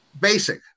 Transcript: Basic